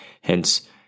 Hence